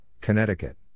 Connecticut